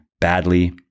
badly